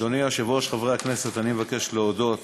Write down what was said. אדוני היושב-ראש, חברי הכנסת, אני מבקש להודות